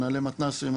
מנהלי מתנ"סים,